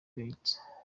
igayitse